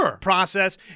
process